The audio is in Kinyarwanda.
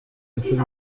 yakorewe